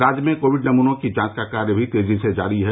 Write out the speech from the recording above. राज्य में कोविड नमूनों की जांच का कार्य भी तेजी से जारी है